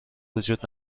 وجود